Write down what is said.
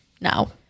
now